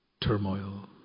turmoil